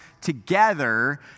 together